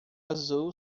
azul